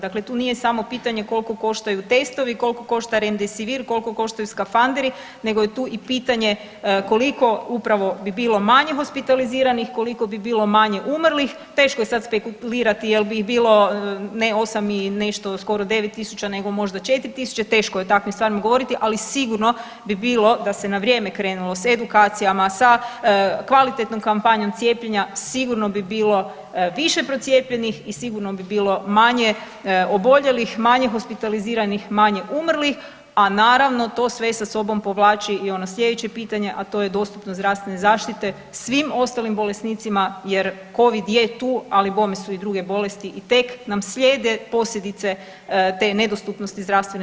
Dakle tu nije samo pitanje koliko koštaju testovi, koliko košta Remdisivir, koliko koštaju skafanderi, nego je tu i pitanje koliko upravo bi bilo manje hospitaliziranih, koliko bi bilo manje umrlih, teško je sad spekulirati je li bi bilo ne 8 i nešto, skoro 9 tisuća nego možda 4 tisuća, teško je o takvim stvarima govoriti, ali sigurno bi bilo da se na vrijeme krenulo sa edukacijama, sa kvalitetnom kampanjom cijepljenja, sigurno bi bilo više procijepljenih i sigurno bi bilo manje oboljelih, manje hospitaliziranih, manje umrlih, a naravno, to sve sa sobom povlači i ono sljedeće pitanje, a to je dostupnost zdravstvene zaštite svim ostalim bolesnicima jer Covid je tu, ali bome su i druge bolesti i tek nam slijede posljedice te nedostupnosti zdravstvene